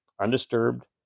undisturbed